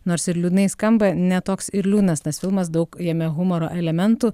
nors ir liūdnai skamba ne toks ir liūdnas tas filmas daug jame humoro elementų